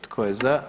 Tko je za?